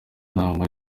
nama